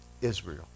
Israel